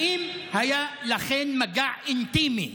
האם היה לכן מגע אינטימי?